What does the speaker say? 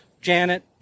Janet